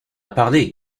parler